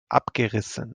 abgerissen